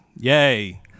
Yay